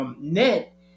net